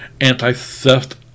anti-theft